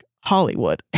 Hollywood